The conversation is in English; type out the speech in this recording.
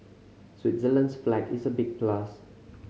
Switzerland's flag is a big plus